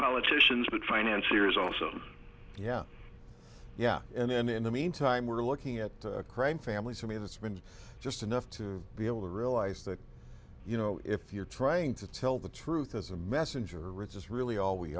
politicians but financier's also yeah yeah and then in the meantime we're looking at crime families i mean it's been just enough to be able to realize that you know if you're trying to tell the truth as a messenger or it's really all we